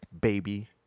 Baby